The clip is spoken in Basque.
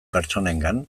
pertsonengan